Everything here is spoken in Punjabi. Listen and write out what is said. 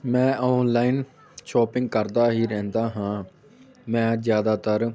ਮੈਂ ਔਨਲਾਈਨ ਸ਼ੋਪਿੰਗ ਕਰਦਾ ਹੀ ਰਹਿੰਦਾ ਹਾਂ ਮੈਂ ਜ਼ਿਆਦਾਤਰ